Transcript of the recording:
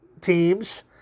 teams